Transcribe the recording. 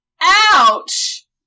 Ouch